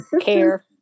Care